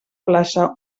plaça